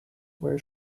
where